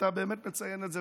אתה באמת מציין את זה,